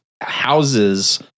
houses